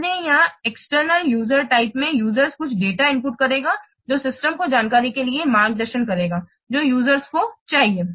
इसलिए यहां external user type में यूजरस कुछ डेटा इनपुट करेगा जो सिस्टम को जानकारी के लिए मार्गदर्शन करेगा जो यूजरस को चाहिए